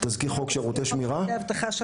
תזכיר חוק שירותי שמירה,